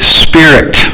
spirit